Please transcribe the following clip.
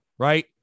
right